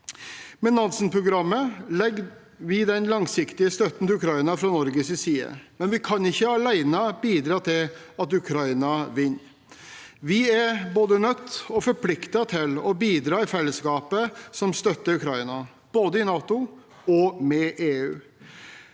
Med Nansen-programmet bidrar vi med langsiktig støtte til Ukraina fra Norges side, men vi kan ikke alene bidra til at Ukraina vinner. Vi er både nødt og forpliktet til å bidra i fellesskapet som støtter Ukraina, både i NATO og med EU.